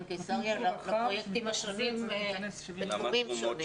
קיסריה לפרויקטים השונים ולתחומים שונים.